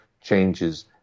changes